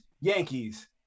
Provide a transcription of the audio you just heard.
Yankees